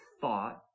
thought